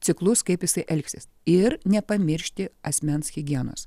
ciklus kaip jisai elgsis ir nepamiršti asmens higienos